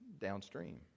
downstream